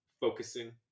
focusing